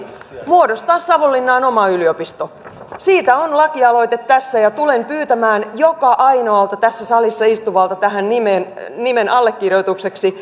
muodostaa savonlinnaan oma yliopisto siitä on lakialoite tässä ja tulen pyytämään joka ainoalta tässä salissa istuvalta tähän nimen nimen allekirjoitukseksi